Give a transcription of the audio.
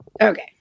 Okay